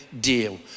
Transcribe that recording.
deal